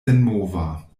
senmova